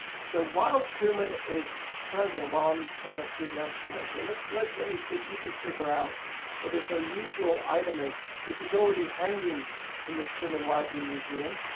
so while truman is present, while um i'm to give the answer away here let's let let me see if you can figure out what this unusual item is this is already hanging in the truman library museum.